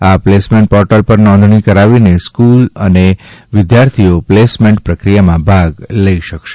આ placement portal પર નોંધણી કરાવીને સ્ક્લ્સ અને વિદ્યાર્થીઓ પ્લેસમેન્ટ પ્રક્રિયામાં ભાગ લઈ શકશે